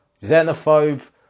xenophobe